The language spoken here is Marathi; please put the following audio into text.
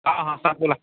हां हां सर बोला